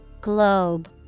Globe